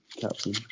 captain